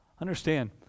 Understand